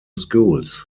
schools